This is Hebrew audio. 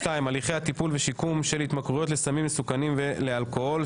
הליכי הטיפול ושיקום של התמכרויות לסמים מסוכנים ולאלכוהול.